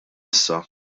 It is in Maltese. issa